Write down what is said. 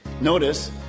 notice